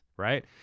Right